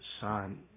son